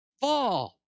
fall